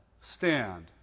stand